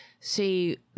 See